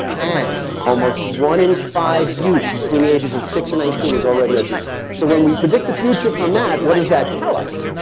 and almost one in five youth between the ages of six and nineteen is already obese. so when we predict the future from that, what does that tell us?